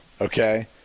okay